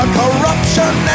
corruption